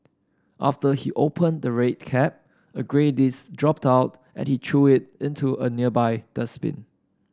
after he opened the red cap a grey disc dropped out and he threw it into a nearby dustbin